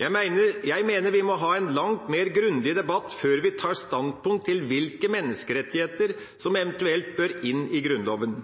Jeg mener vi må ha en langt mer grundig debatt før vi tar standpunkt til hvilke menneskerettigheter som eventuelt bør inn i Grunnloven.